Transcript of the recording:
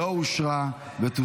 לא נתקבלה.